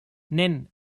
nen